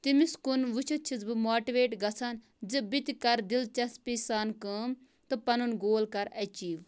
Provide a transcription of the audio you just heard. تٔمِس کُن وٕچھتھ چھُس بہٕ ماٹِویٹ گَژھان زِ بہٕ تہِ کَرٕ دِلچَسپی سان کٲم تہٕ پَنُن گول کَرٕ ایٚچیٖو